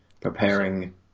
preparing